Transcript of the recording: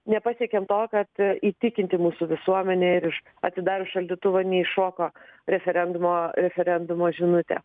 nepasiekėm to kad įtikinti mūsų visuomenę ir iš atidarius šaldytuvą neiššoko referendumo referendumo žinutė